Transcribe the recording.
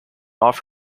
off